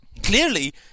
clearly